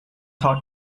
thought